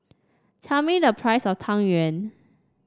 tell me the price of Tang Yuen